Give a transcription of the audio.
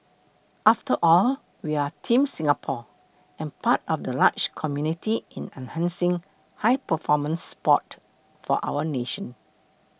after all we are Team Singapore and part of the larger community in enhancing high performance sports for our nation